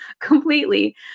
completely